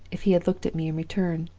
if he had looked at me in return.